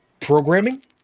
Programming